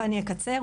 ואני אקצר,